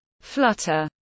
flutter